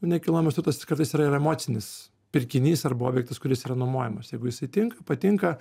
nu nekilnojamas turtas kartais yra ir emocinis pirkinys arba objektas kuris yra nuomojamas jeigu jisai tinka patinka